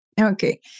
okay